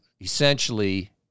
essentially